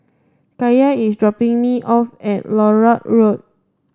Kaya is dropping me off at Larut Road